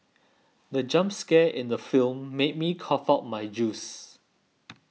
the jump scare in the film made me cough out my juice